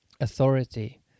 authority